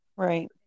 Right